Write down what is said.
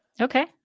Okay